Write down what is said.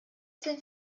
sein